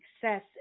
success